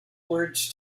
words